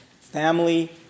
family